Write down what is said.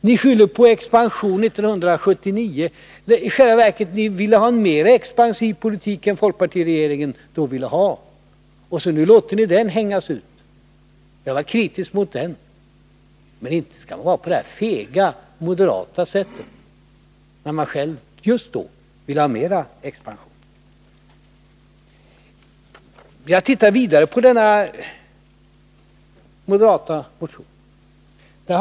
Ni skyller på expansionen 1979, när ni i själva verket ville ha en mer expansiv politik än folkpartiregeringen då ville ha. Nu låter ni folkpartiregeringens politik hängas ut. Också jag var kritisk mot den, men inte skall man vara det på detta fega, moderata sätt — moderaterna ville ju själva just då ha mera expansion. Jag läser vidare i den moderata motionen.